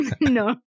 No